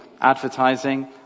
advertising